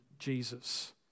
Jesus